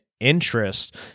Interest